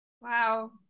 Wow